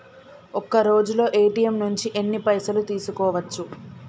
ఒక్కరోజులో ఏ.టి.ఎమ్ నుంచి ఎన్ని పైసలు తీసుకోవచ్చు?